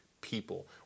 people